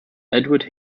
edward